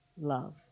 love